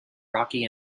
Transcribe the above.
rocky